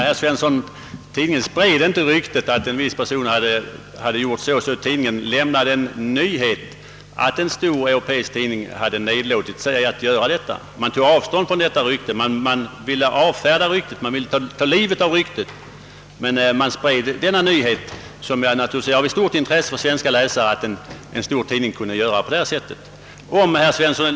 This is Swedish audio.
Herr talman! Tidningen spred inte ryktet att en viss person hade gjort så och så. Tidningen lämnade nyheten att en stor europeisk tidning hade nedlåtit sig till att göra detta. Man tog avstånd från ryktet och ville ta livet av det. Men man spred denna nyhet som naturligtvis var av stort intresse för svenska läsare, nämligen att en stor tidning kunde göra på detta sätt.